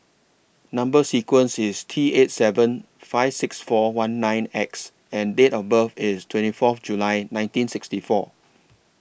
Number sequence IS T eight seven five six four one nine X and Date of birth IS twenty Fourth July nineteen sixty four